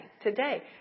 Today